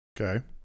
Okay